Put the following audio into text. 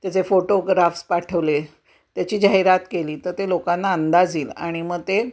त्याचे फोटोग्राफ्स पाठवले त्याची जाहिरात केली तर ते लोकांना अंदाज येईल आणि मग ते